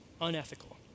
unethical